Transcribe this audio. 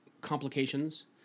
complications